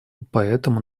поэтому